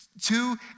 two